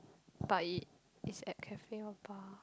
but it it's at cafe or bar